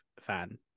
fan